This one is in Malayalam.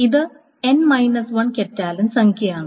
ഇത് കറ്റാലൻ സംഖ്യയാണ്